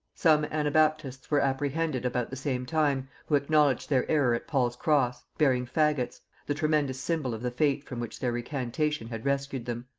some anabaptists were apprehended about the same time, who acknowledged their error at paul's cross, bearing faggots the tremendous symbol of the fate from which their recantation had rescued them.